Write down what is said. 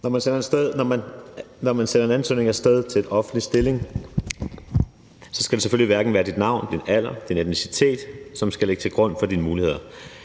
Når man sender en ansøgning af sted til en offentlig stilling, skal det selvfølgelig hverken være dit navn, din alder eller din etnicitet, som skal ligge til grund for dine muligheder.